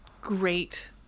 great